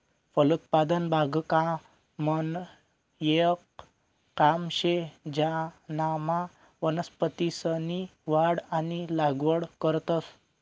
फलोत्पादन बागकामनं येक काम शे ज्यानामा वनस्पतीसनी वाढ आणि लागवड करतंस